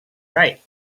right